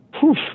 Poof